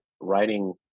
writing